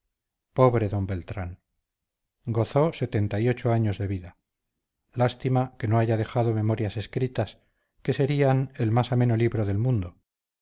pobre d beltrán gozó setenta y ocho años de vida lástima que no haya dejado memorias escritas que serían el más ameno libro del mundo